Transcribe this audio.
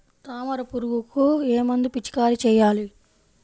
తామర పురుగుకు ఏ మందు పిచికారీ చేయాలి?